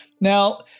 Now